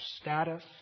status